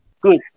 Good